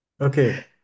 Okay